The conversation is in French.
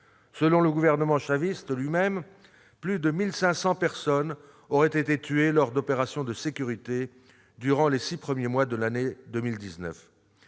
Selon le gouvernement chaviste lui-même, plus de 1 500 personnes auraient été tuées lors d'opérations de sécurité durant les six premiers mois de l'année 2019.